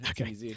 Okay